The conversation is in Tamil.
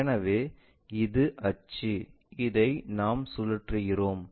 எனவே இது அச்சு இதை நாம் சுழற்றுகிறோம்